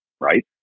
Right